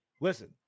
listen